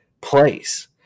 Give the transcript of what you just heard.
place